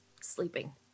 sleeping